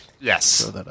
Yes